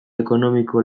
ekonomiko